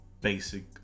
Basic